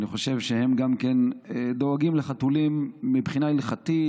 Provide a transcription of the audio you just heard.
אני חושב שהם גם דואגים לחתולים מבחינה הלכתית,